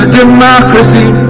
democracy